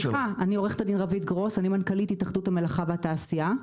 עו"ד רוית גרוס, מנכ"לית התאחדות המלאכה והתעשייה.